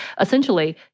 essentially